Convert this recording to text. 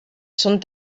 són